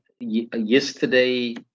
Yesterday